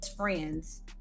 Friends